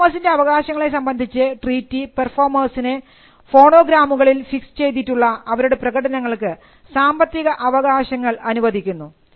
പെർഫോമേഴ്സിൻറെ അവകാശങ്ങളെ സംബന്ധിച്ച് ട്രീറ്റി പെർഫോമേഴ്സിന് ഫോണോഗ്രാമുകളിൽ ഫിക്സ് ചെയ്തിട്ടുള്ള അവരുടെ പ്രകടനങ്ങൾക്ക് സാമ്പത്തിക അവകാശങ്ങൾ അനുവദിക്കുന്നു